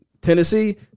Tennessee